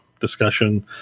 discussion